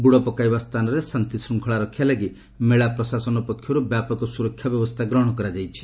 ବୁଡ଼ ପକାଇବା ସ୍ଥାନରେ ଶାନ୍ତିଶୂଙ୍ଖଳା ରକ୍ଷା ଲାଗି ମେଳା ପ୍ରଶାସନ ପକ୍ଷରୁ ବ୍ୟାପକ ସୁରକ୍ଷା ବ୍ୟବସ୍ଥା ଗ୍ରହଣ କରାଯାଇଛି